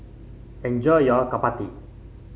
enjoy your Chapati